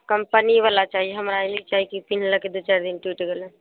कम्पनीवला चाही हमरा ई नहि चाही कि पिन्हलक दू चारि दिन टुटि गेलय